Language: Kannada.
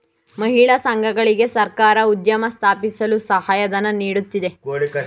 ಮಹಿಳಾ ಸಂಘಗಳಿಗೆ ಸರ್ಕಾರ ಉದ್ಯಮ ಸ್ಥಾಪಿಸಲು ಸಹಾಯಧನ ನೀಡುತ್ತಿದೆ